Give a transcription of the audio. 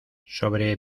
sobre